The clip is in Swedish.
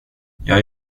jag